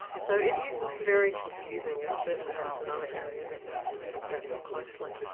so it is very confusing and certainly that's another area that needs to be looked at more closely.